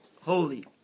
holy